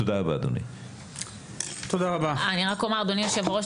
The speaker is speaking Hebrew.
אני רק אומר אדוני יושב הראש,